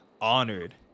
honored